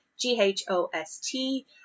g-h-o-s-t